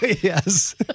Yes